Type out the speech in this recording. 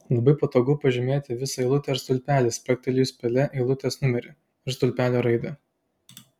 labai patogu pažymėti visą eilutę ar stulpelį spragtelėjus pele eilutės numerį ar stulpelio raidę